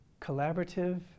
collaborative